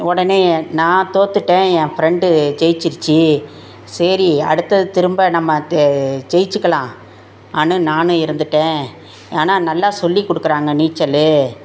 உடனேயே நான் தோத்துட்டேன் என் ஃப்ரெண்டு ஜெயிச்சிடுச்சி சரி அடுத்தது திரும்ப நம்ம து ஜெயிச்சுக்கலாம் அன்னு நானும் இருந்துவிட்டேன் ஆனால் நல்லா சொல்லி கொடுக்கறாங்க நீச்சல்